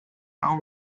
how